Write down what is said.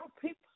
people